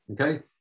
Okay